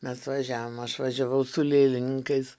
mes važiavom aš važiavau su lėlininkais